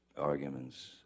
arguments